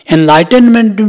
Enlightenment